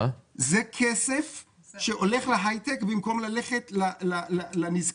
זה כסף שהולך להייטק במקום ללכת לנזקקים.